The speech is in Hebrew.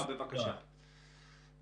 היא הייתה פוגעת במשק הישראלי,